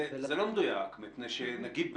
זה לא מדויק, מפני שנגיד בנופים,